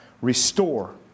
restore